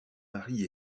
mary